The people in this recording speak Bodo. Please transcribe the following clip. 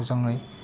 जों